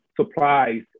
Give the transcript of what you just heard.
supplies